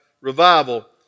revival